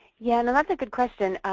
yeah and that's a good question.